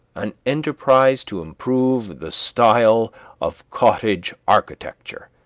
an enterprise to improve the style of cottage architecture!